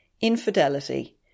Infidelity